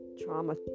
trauma